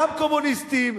גם קומוניסטים,